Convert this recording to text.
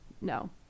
no